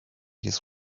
his